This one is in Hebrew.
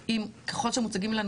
זה קצת, את יודעת, מוגזם,